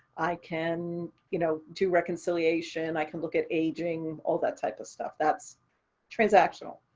i can, you know, do reconciliation, i can look at aging, all that type of stuff. that's transactional.